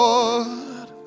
Lord